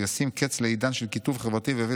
הוא ישים קץ לעידן של קיטוב חברתי ויביא